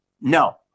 no